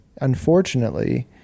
unfortunately